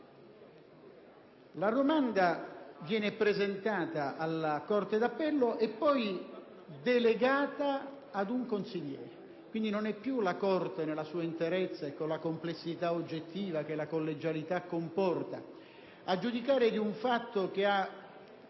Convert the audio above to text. La domanda, una volta presentata alla corte d'appello, viene poi delegata ad un consigliere. Non è più la corte nella sua interezza, e dunque con la complessità oggettiva che la collegialità comporta, a giudicare di un fatto che ha